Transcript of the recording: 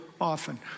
often